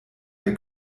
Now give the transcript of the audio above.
der